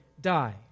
die